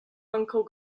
uncle